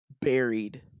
buried